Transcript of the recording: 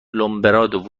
لومبرادو